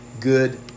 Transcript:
good